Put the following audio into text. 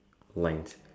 lines